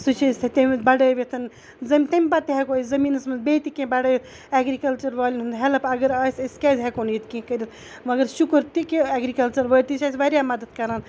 سُہ چھِ أسۍ تَتہِ تمیُک بَڑٲوِتھ زٔمۍ تمہِ پَتہٕ تہِ ہیٚکو أسۍ زٔمیٖنَس منٛز بیٚیہِ تہِ کینٛہہ بَڑٲوِتھ ایٚگرِکَلچَر والٮ۪ن ہُنٛد ہیٚلٕپ اگر آسہِ أسۍ کیٛازِ ہیٚکو نہٕ ییٚتہِ کینٛہہ کٔرِتھ مگر شُکُر تہِ کہِ ایٚگرِکَلچَر وٲلۍ تہِ چھِ اَسہِ واریاہ مَدَد کَران